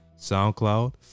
SoundCloud